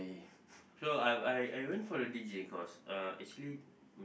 no I I I went for the deejay course uh actually